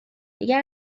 دیگه